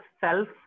self